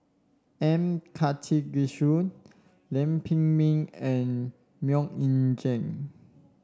M Karthigesu Lam Pin Min and MoK Ying Jang